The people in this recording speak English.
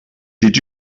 did